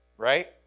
right